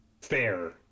fair